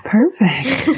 Perfect